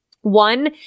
One